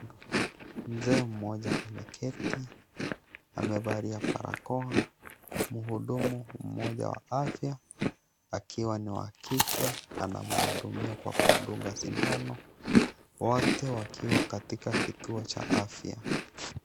Mzee mmoja ameketi amevalia barakoa, mhudumu mmoja wa afya akiwa ni wa kike anamhudumia kwa kumdunga sindano, wote wakiwa katika kituo cha afya.